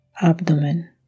abdomen